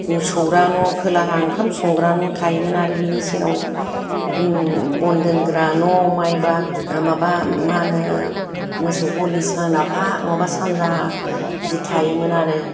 सौरा न' खोलाहा ओंखाम संग्रा न' थायोमोन आरो बेनि सेराव ओ बन दोनग्रा न' माइ बाग आह माबा मा होनो मोसौ गलि सोनाबहा नङाबा सान्जाहा बिदि थायोमोन आरो